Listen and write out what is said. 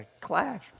clash